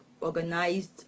organized